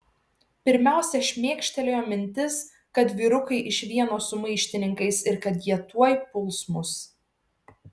pirmiausia šmėkštelėjo mintis kad vyrukai iš vieno su maištininkais ir kad jie tuoj puls mus